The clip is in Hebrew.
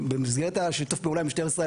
במסגרת שיתוף הפעולה עם משטרת ישראל